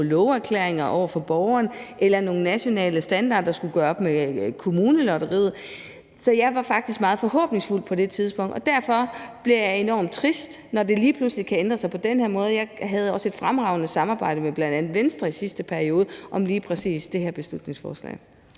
love-erklæringer over for borgerne eller vi havde nogle nationale standarder, der skulle gøre op med kommunelotteriet. Så jeg var faktisk meget forhåbningsfuld på det tidspunkt, og derfor bliver jeg enormt trist, når det lige pludselig kan ændre sig på den her måde. Jeg havde også et fremragende samarbejde med bl.a. Venstre i sidste periode om lige præcis det her beslutningsforslag.